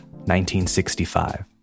1965